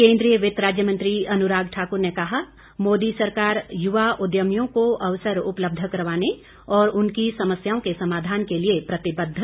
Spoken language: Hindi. केन्द्रीय वित्त राज्य मंत्री अनुराग ठाकुर ने कहा मोदी सरकार युवा उद्यमियों को अवसर उपलब्ध करवाने और उनकी समस्याओं के समाधान के लिए प्रतिबद्ध